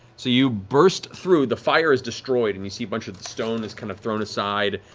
so you burst through, the fire is destroyed and you see a bunch of the stone is kind of thrown aside,